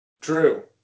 True